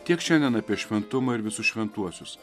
tiek šiandien apie šventumą ir visus šventuosius